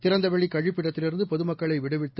திறந்தவெளிகழிப்பிடத்திலிருந்துபொதுமக்களைவிடுவித்து